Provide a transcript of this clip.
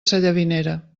sallavinera